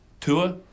Tua